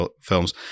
films